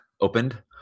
opened